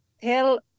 tell